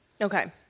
Okay